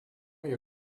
you